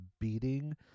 beating